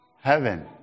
Heaven